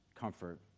comfort